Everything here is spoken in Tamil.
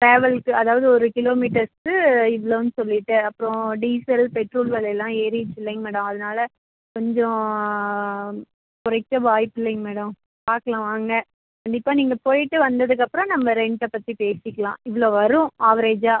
ட்ராவல்சுக்கு அதாவது ஒரு கிலோ மீட்டர்ஸ்சுக்கு இவ்வளோன்னு சொல்லிட்டு அப்புறம் டீசல் பெட்ரோல் விலைலாம் ஏறிடுச்சு இல்லைங்க மேடம் அதனால கொஞ்சம் குறைக்க வாய்ப்பில்லைங்க மேடம் பார்க்கலாம் வாங்க கண்டிப்பாக நீங்கள் போய்விட்டு வந்ததுக்கப்புறம் நம்ம ரெண்ட்டை பற்றி பேசிக்கலாம் இவ்வளோ வரும் ஆவரேஜாக